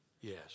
Yes